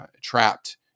trapped